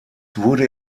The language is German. wurde